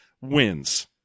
wins